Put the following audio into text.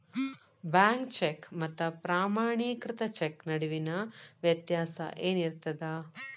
Bank cheque ಮತ್ತ ಪ್ರಮಾಣೇಕೃತ cheque ನಡುವಿನ್ ವ್ಯತ್ಯಾಸ ಏನಿರ್ತದ?